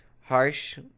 harsh